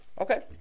Okay